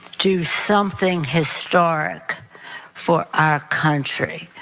do something historic for our country.